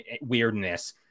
weirdness